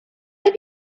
have